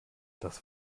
das